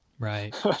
Right